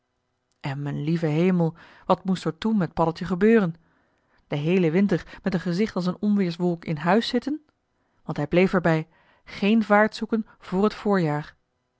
en m'n lieve hemel wat moest er toen met paddeltje gebeuren den heelen winter met een gezicht als een onweerswolk in huis zitten want hij bleef er bij géén vaart zoeken voor het voorjaar